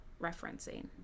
referencing